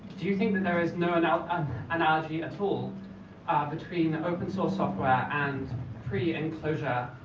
do you think there is no no um analogy at all ah between open source software and pre-enclosure